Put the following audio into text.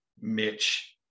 Mitch